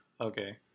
Okay